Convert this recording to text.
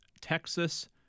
Texas